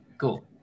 Cool